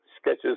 sketches